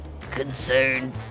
concern